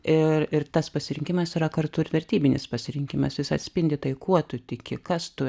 ir ir tas pasirinkimas yra kartu ir vertybinis pasirinkimas jis atspindi tai kuo tu tiki kas tu